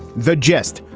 the gist,